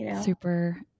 super